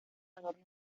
adornos